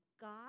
God